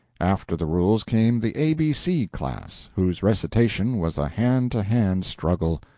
after the rules came the a b c class, whose recitation was a hand-to-hand struggle,